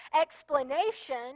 explanation